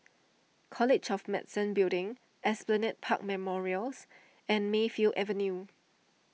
College of Medicine Building Esplanade Park Memorials and Mayfield Avenue